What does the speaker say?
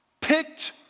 picked